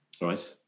Right